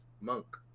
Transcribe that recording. Monk